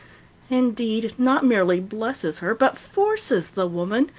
indeed, not merely blesses her, but forces the woman,